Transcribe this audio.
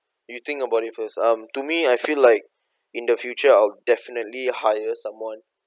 you think about it first um to me I feel like in the future I'll definitely hire someone